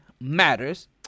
matters